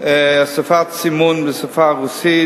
הוספת סימון בשפה הרוסית,